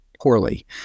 poorly